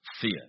fear